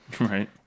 Right